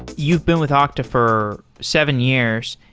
you've been with okta for seven years,